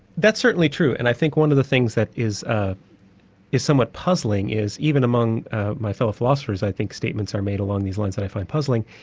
that's certainly true, and i think one of the things that is ah somewhat somewhat puzzling is even among my fellow philosophers, i think statements are made along these lines that i find puzzling.